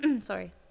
sorry